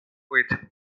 with